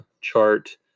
chart